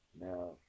now